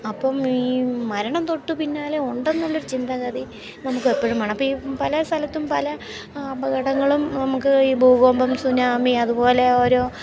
അപ്പം ഈ മരണം തൊട്ട് പിന്നാലെ ഉണ്ടെന്നുള്ള ഒരു ചിന്തഗതി നമുക്ക് എപ്പോഴും വേണം അപ്പം ഈ പല സ്ഥലത്തും പല അപകടങ്ങളും നമുക്ക് ഈ ഭൂകമ്പം സുനാമി അതുപോലെ ഓരോ